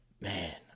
man